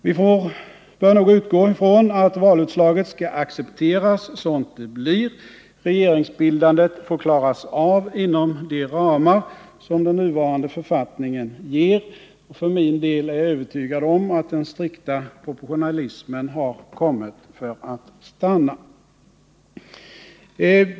Vi bör nog utgå ifrån att valutslaget skall accepteras sådant det blir. Regeringsbildandet får klaras av inom de ramar som den nuvarande författningen ger. För min del är jag övertygad om att den strikta proportionalismen har kommit för att stanna.